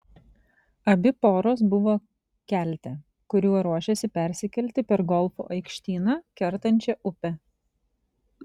abi poros buvo kelte kuriuo ruošėsi persikelti per golfo aikštyną kertančią upę